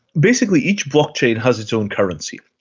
basically each blockchain has its own currency.